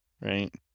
Right